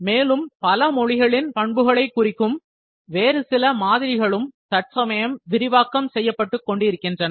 மேலும் பல மொழிகளின் பண்புகளைக் குறிக்கும் வேறு சில மாதிரிகள் தற்சமயம் விரிவாக்கம் செய்யப்பட்டுக் கொண்டிருக்கின்றன